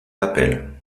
appel